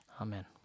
Amen